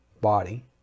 body